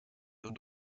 und